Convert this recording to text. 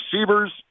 receivers